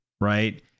right